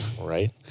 right